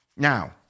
Now